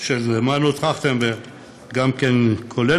של מנואל טרכטנברג, הוא גם כן כולל.